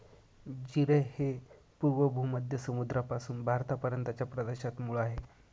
जीरे हे पूर्व भूमध्य समुद्रापासून भारतापर्यंतच्या प्रदेशात मूळ आहे